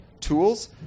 tools